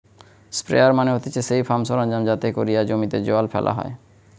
sprayer মানে হতিছে সেই ফার্ম সরঞ্জাম যাতে কোরিয়া জমিতে জল ফেলা হয়